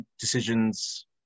decisions